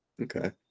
Okay